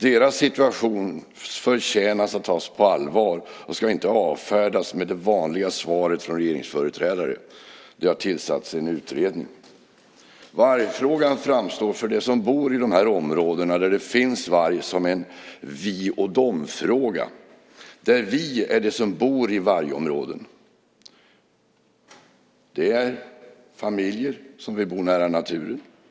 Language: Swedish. Deras situation förtjänar att tas på allvar och ska inte avfärdas med det vanliga svaret från regeringsföreträdare: Det har tillsatts en utredning. Vargfrågan framstår för dem som bor i de områden där det finns varg som en vi-och-de-fråga, där "vi" är de som bor i vargområden. Det är familjer som vill bo nära naturen.